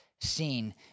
seen